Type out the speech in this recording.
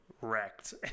wrecked